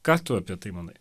ką tu apie tai manai